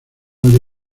haya